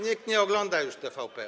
Nikt nie ogląda już TVP.